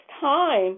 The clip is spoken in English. time